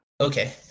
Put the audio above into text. Okay